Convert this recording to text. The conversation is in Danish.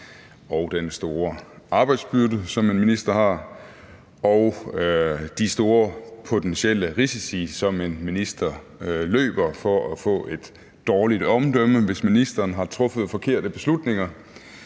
og den store arbejdsbyrde, som en minister har, og de store potentielle risici, som en minister løber for at få et dårligt omdømme, hvis ministeren har truffet forkerte beslutninger.